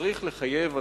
צריך לחייב את